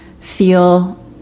feel